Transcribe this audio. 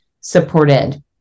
supported